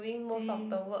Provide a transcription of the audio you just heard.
they